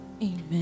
amen